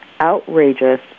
outrageous